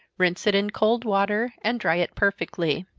rinse it in cold water, and dry it perfectly.